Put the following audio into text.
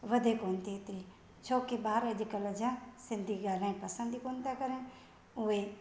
वधे कोन्ह थी एतिरी छो की ॿार अॼुकल्ह जा सिंधी ॻाल्हाइण पसंदि ई कोन्ह था कनि उहे